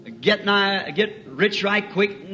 get-rich-right-quick